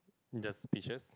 just peaches